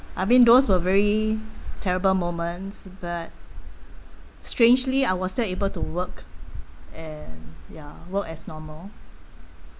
I mean those were very terrible moments but strangely I was still able to work and ya work as normal